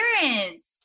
appearance